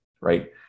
Right